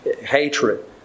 hatred